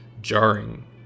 jarring